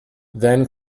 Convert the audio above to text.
then